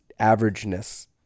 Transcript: averageness